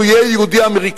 הוא יהיה יהודי-אמריקני,